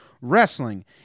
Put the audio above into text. Wrestling